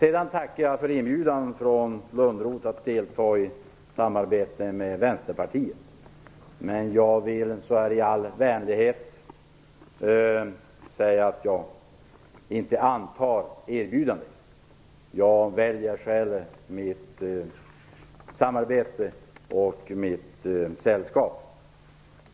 Jag tackar för Lönnroths inbjudan att delta i ett samarbete med Vänsterpartiet, men jag vill i all vänlighet tacka nej till det. Jag väljer själv mina samarbetspartner och mitt sällskap.